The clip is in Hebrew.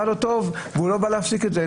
כן באה לו טוב והוא לא בא להפסיק את זה.